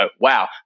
wow